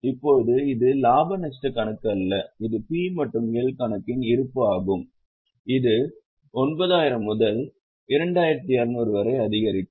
இப்போது இது லாப நஷ்ட கணக்கு அல்ல இது P மற்றும் L கணக்கின் இருப்பு ஆகும் இது 9000 முதல் 2200 வரை அதிகரிக்கும்